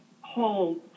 whole